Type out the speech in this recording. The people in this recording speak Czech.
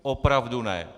Opravdu ne.